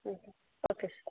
thank you okay sir